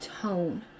tone